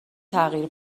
تغییر